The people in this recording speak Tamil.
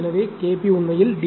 எனவே K p உண்மையில் D